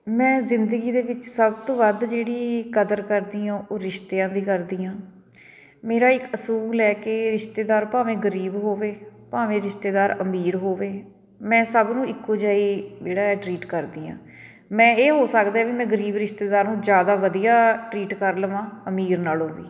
ਮੈਂ ਜ਼ਿੰਦਗੀ ਦੇ ਵਿੱਚ ਸਭ ਤੋਂ ਵੱਧ ਜਿਹੜੀ ਕਦਰ ਕਰਦੀ ਹਾਂ ਉਹ ਰਿਸ਼ਤਿਆਂ ਵੀ ਕਰਦੀ ਹਾਂ ਮੇਰਾ ਇੱਕ ਅਸੂਲ ਹੈ ਕਿ ਰਿਸ਼ਤੇਦਾਰ ਭਾਵੇਂ ਗਰੀਬ ਹੋਵੇ ਭਾਵੇਂ ਰਿਸ਼ਤੇਦਾਰ ਅਮੀਰ ਹੋਵੇ ਮੈਂ ਸਭ ਨੂੰ ਇੱਕੋ ਜਿਹਾ ਹੀ ਜਿਹੜਾ ਹੈ ਟਰੀਟ ਕਰਦੀ ਹਾਂ ਮੈਂ ਇਹ ਹੋ ਸਕਦਾ ਵੀ ਗਰੀਬ ਰਿਸ਼ਤੇਦਾਰ ਨੂੰ ਜ਼ਿਆਦਾ ਵਧੀਆ ਟਰੀਟ ਕਰ ਲਵਾਂ ਅਮੀਰ ਨਾਲੋਂ ਵੀ